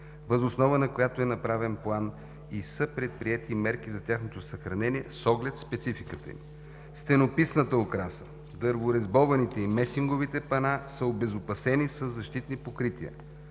въз основа на която е направен план и са предприети мерки за тяхното съхранение, с оглед спецификата им. Стенописната украса – дърворезбованите и месинговите пана, са обезопасени със защитни покрития.